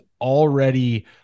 already